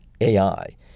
AI